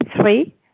Three